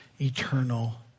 eternal